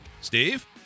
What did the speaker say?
Steve